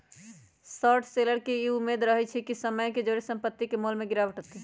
short seller के इ उम्मेद रहइ छइ कि समय के जौरे संपत्ति के मोल में गिरावट अतइ